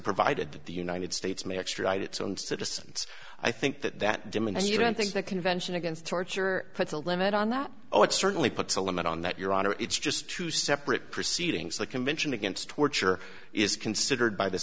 provided that the united states may extradite its own citizens i think that that demand you don't think the convention against torture puts a limit on that oh it certainly puts a limit on that your honor it's just to separate proceedings the convention against torture is considered by the